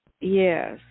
Yes